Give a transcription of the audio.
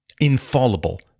infallible